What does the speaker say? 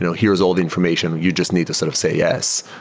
you know here's all the information. you just need to sort of say yes,